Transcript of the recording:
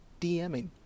DMing